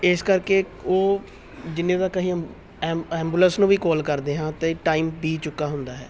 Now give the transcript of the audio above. ਇਸ ਕਰਕੇ ਉਹ ਜਿੰਨੇ ਤੱਕ ਅਸੀਂ ਐਬੂਲੈਂਸ ਨੂੰ ਵੀ ਕੋਲ ਕਰਦੇ ਹਾਂ ਤਾਂ ਟਾਈਮ ਬੀਤ ਚੁੱਕਾ ਹੁੰਦਾ ਹੈ